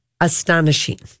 astonishing